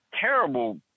terrible